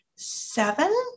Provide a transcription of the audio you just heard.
seven